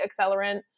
accelerant